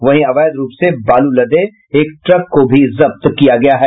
वहीं अवैध रूप से बालू लदे एक ट्रक को भी जब्त किया गया है